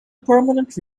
permanent